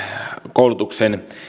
koulutuksen